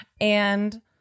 and-